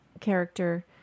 character